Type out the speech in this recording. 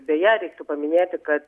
beje reiktų paminėti kad